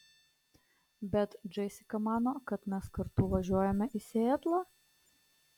bet džesika mano kad mes kartu važiuojame į sietlą